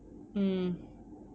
mm